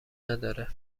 نداره